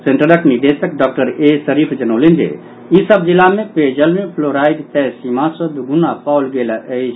सेंटरक निदेशक doctor A Sharif जनौलनि जे ई सभ जिला मे पेयजल मे फ्लोराईड तय सीमा सँ दुगुना पाओल गेल अछि